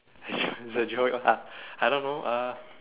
it's a joke lah I don't know uh